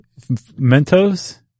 Mentos